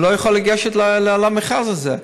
לא יוכל לגשת למכרז הזה.